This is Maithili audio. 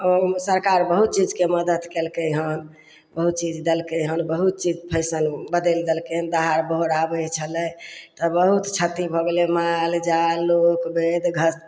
ओ सरकार बहुत चीजके मदत केलकय हन बहुत चीज देलकय हन बहुत चीज फैशन बदलि देलकैहन दहाड़ बड़ आबय छलै तऽ बहुत क्षति भऽ गेलय मालजाल लोक बेद घस्त